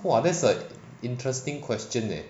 !wah! that's a interesting question leh